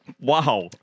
Wow